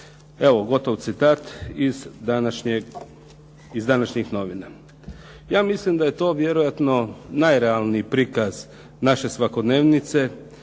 Evo, gotov citat iz današnjih novina. Ja mislim da je to vjerojatno najrealniji prikaz naše svakodnevnice.